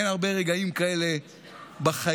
אין הרבה רגעים כאלה בחיים